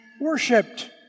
worshipped